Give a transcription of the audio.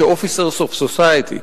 כ-officers of society.